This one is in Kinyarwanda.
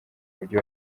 umujyi